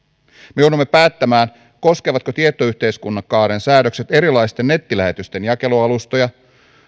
me joudumme päättämään koskevatko tietoyhteiskuntakaaren säädökset erilaisten nettilähetysten jakelualustoja